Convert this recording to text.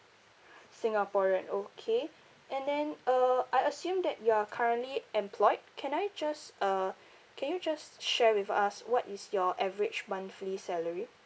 singaporean okay and then uh I assume that you are currently employed can I just uh can you just share with us what is your average monthly salary